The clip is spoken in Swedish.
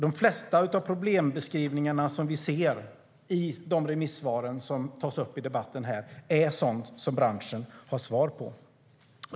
De flesta av problembeskrivningarna som vi ser i de remissvar som tas upp här i debatten är sådana som branschen har svar på.